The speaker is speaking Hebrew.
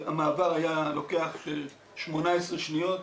המעבר היה לוקח 18 שניות.